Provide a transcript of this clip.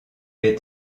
est